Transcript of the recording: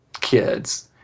kids